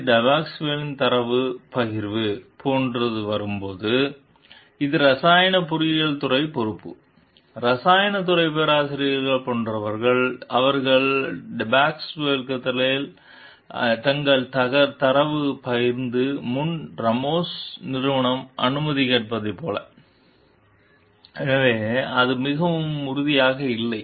அது டெபாசிகுத்தாலே தரவு பகிர்வு போன்ற வரும் போது அது இரசாயன பொறியியல் துறை பொறுப்பு இரசாயன துறை பேராசிரியர்கள் போன்றவர்கள் அவர்கள் டெபாசிகுத்தாலே தங்கள் தரவு பகிர்ந்து முன் ராமோஸ் நிறுவனம் அனுமதி கேட்டதைப் போல இங்கே அது மிகவும் உறுதியாக இல்லை